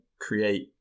create